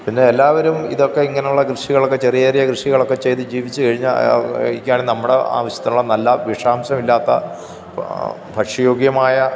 പിന്നെ എല്ലാവരും ഇതൊക്കെ ഇങ്ങനുള്ള കൃഷികളൊക്കെ ചെറിയ ചെറിയ കൃഷികളക്കെ ചെയ്ത് ജീവിച്ച് കഴിഞ്ഞാല് നമ്മുടെ ആവശ്യത്തിനുള്ള നല്ല വിഷാംശം ഇല്ലാത്ത ഭക്ഷ്യ യോഗ്യമായ